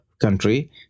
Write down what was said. country